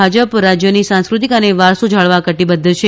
ભાજપ રાજ્યની સંસ્કૃતકિ અને વારસો જાળવવા કટીબદ્ધ છે